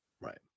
Right